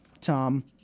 Tom